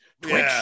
Twitch